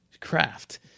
craft